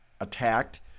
attacked